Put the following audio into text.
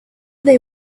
they